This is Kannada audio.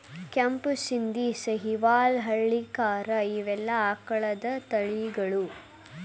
ಕೆಂಪು ಶಿಂದಿ, ಸಹಿವಾಲ್ ಹಳ್ಳಿಕಾರ ಇವೆಲ್ಲಾ ಆಕಳದ ತಳಿಗಳು